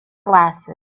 glasses